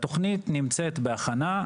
התוכנית נמצאת בהכנה,